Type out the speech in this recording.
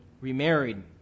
remarried